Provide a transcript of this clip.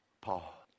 Paul